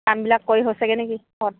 কামবিলাক কৰি হৈছেগৈ নেকি ঘৰত